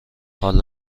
حالا